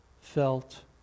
felt